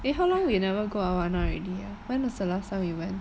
eh how long we never go awana already ah when was the last time we went